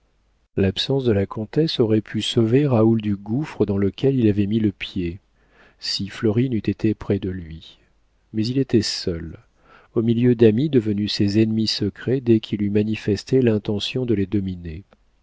l'absence de la comtesse aurait pu sauver raoul du gouffre dans lequel il avait mis le pied si florine eût été près de lui mais il était seul au milieu d'amis devenus ses ennemis secrets dès qu'il eut manifesté l'intention de les dominer